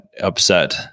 upset